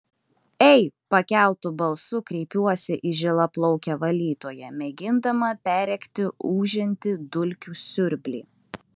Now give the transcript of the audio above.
ei pakeltu balsu kreipiuosi į žilaplaukę valytoją mėgindama perrėkti ūžiantį dulkių siurblį